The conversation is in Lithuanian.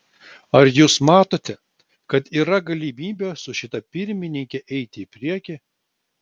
ar jūs matote kad yra galimybė su šita pirmininke eiti į priekį